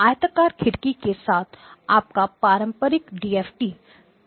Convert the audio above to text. आयताकार खिड़की rectangular window के साथ आपका पारंपरिक डीएफटी है